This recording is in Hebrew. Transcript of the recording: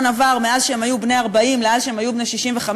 עבר מאז שהם היו בני 40 ועד שהם היו בני 65,